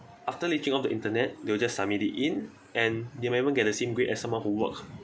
after leeching off the internet they will just submit it in and they may even get the same grade as someone who work